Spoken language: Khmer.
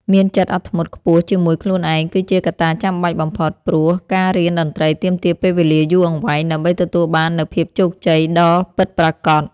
មានចិត្តអត់ធ្មត់ខ្ពស់ជាមួយខ្លួនឯងគឺជាកត្តាចាំបាច់បំផុតព្រោះការរៀនតន្ត្រីទាមទារពេលវេលាយូរអង្វែងដើម្បីទទួលបាននូវភាពជោគជ័យដ៏ពិតប្រាកដ។